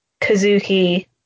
Kazuki